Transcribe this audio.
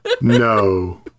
No